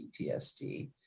PTSD